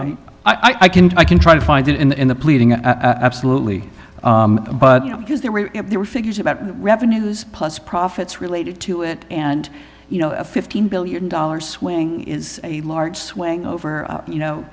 i i can i can try to find it in the pleading absolutely but you know because there were there were figures about revenues plus profits related to it and you know fifteen billion dollars swing is a large swing over you know